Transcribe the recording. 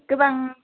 गोबां